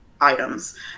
items